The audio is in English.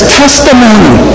testimony